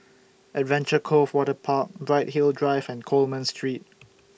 Adventure Cove Waterpark Bright Hill Drive and Coleman Street